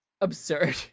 absurd